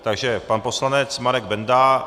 Takže pan poslanec Marek Benda.